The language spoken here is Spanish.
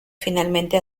finalmente